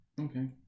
Okay